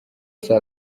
sir